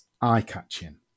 eye-catching